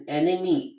enemy